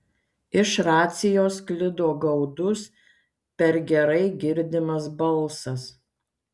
iš racijos sklido gaudus per gerai girdimas balsas